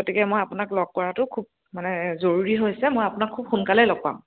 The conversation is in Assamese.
গতিকে মই আপোনাক লগ কৰাটো খুব মানে জৰুৰী হৈছে মই আপোনাক খুব সোনকালেই লগ পাম